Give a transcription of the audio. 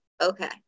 okay